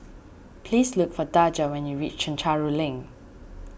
please look for Daja when you reach Chencharu Link